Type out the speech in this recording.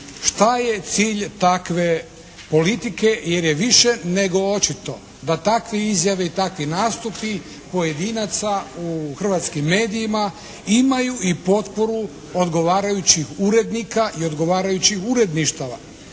šta je cilj takve politike jer je više nego očito da takve izjave i takvi nastupi pojedinaca u hrvatskim medijima imaju i potporu odgovarajućih urednika i odgovarajućih uredništava.